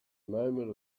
moment